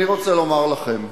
אני רוצה לומר לכם,